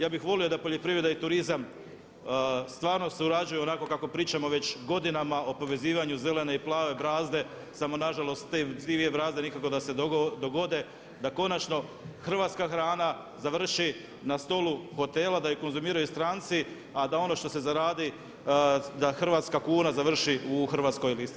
Ja bih volio da poljoprivreda i turizam stvarno surađuju onako kako pričamo već godinama o povezivanju zelene i plave brazde, samo nažalost te dvije brazde nikako da se dogode da konačno hrvatska hrana završi na stolu hotela da je konzumiraju stranci, a da ono što se zaradi da hrvatska kuna završi u hrvatskoj lisnici.